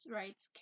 rights